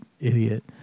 idiot